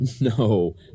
No